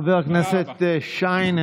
חבר הכנסת שיין,